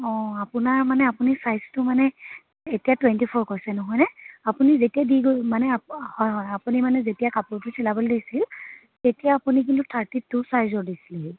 অ' আপোনাৰ মানে আপুনি ছাইজটো মানে এতিয়া টুৱেণ্টি ফ'ৰ কৈছে নহয়নে আপুনি যেতিয়া দি গৈ মানে হয় হয় আপুনি মানে যেতিয়া কাপোৰটো চিলাবলৈ দিছিল তেতিয়া আপুনি কিন্তু থাৰ্টি টু ছাইজৰ দিছিল